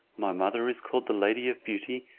my mother is called the lady of beauty,